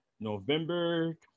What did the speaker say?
November